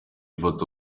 foto